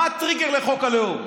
מה הטריגר לחוק הלאום?